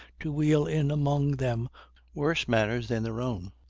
to wheel in among them worse manners than their own.